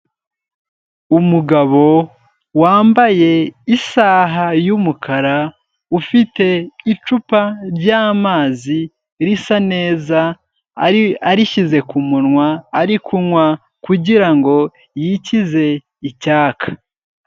Umugabo wambaye isaha y'umukara, ufite icupa ryamazi risa neza, arishyize ku munwa ari kunywa kugira ngo yikize icyaka.